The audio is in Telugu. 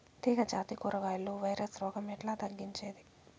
తీగ జాతి కూరగాయల్లో వైరస్ రోగం ఎట్లా తగ్గించేది?